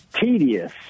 tedious